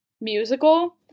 musical